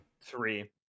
three